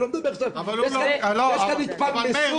יש כאן התפלמסות.